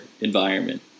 environment